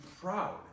proud